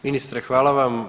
Ministre hvala vam.